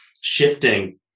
shifting